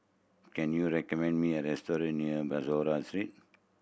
can you recommend me a restaurant near Bussorah Street